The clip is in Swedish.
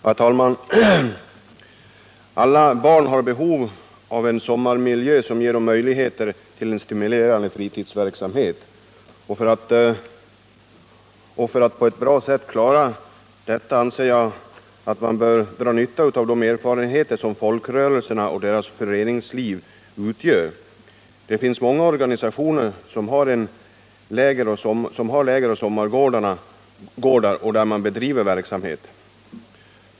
Herr talman! Alla barn har behov av en sommarmiljö som ger dem möjligheter till stimulerande fritidsverksamhet. För att på ett bra sätt klara detta, anser jag att man bör dra nytta av de erfarenheter som folkrörelserna och deras föreningsliv har. Det finns många organisationer som har lägeroch sommargårdar, där det bedrivs verksamhet.